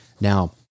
Now